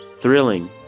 Thrilling